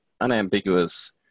unambiguous –